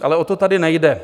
Ale o to tady nejde.